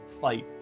fight